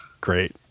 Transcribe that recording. great